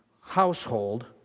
household